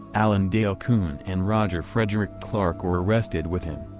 allan dale kuhn and roger frederick clark were arrested with him.